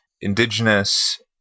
indigenous